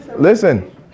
Listen